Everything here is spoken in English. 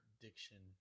Diction